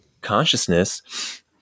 consciousness